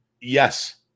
Yes